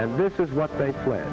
and this is what they cla